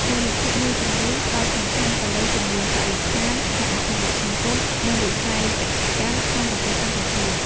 មូលនិធិមួយចំនួនផ្តោតសំខាន់ទៅលើជំនាញបរិស្ថាន ការអភិវឌ្ឍសង្គម និងវិស័យកសិកម្មក្នុងប្រទេសកម្ពុជា។